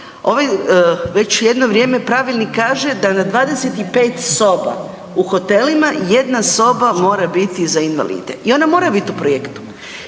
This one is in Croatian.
ovaj, već jedno vrijeme pravilnik kaže da na 25 soba u hotelima 1 soba mora biti za invalide i ona mora biti u projektu.